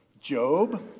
Job